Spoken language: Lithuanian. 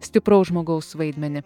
stipraus žmogaus vaidmenį